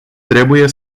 trebuie